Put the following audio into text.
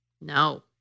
No